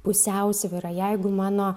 pusiausvyra jeigu mano